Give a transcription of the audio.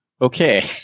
Okay